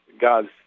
God's